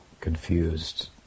confused